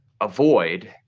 avoid